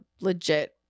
legit